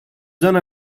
zona